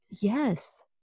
Yes